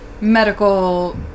Medical